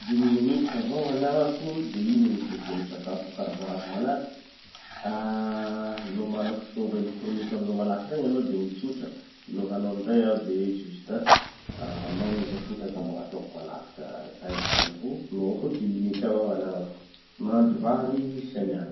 Dimy minitra avao anagnako de ino gny tokony ho sakafo ho karakarako malaky. Ah no mana fitova elektronika amizao malaky regny aloha de igny gny tsotra. No hanao anizay aho de juste ah magnendy atody angamba gn'ataoko malaky da zay gny haniko no dimy minitra avao gn'anagnako. Mahandro vary tsy aniany.